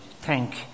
thank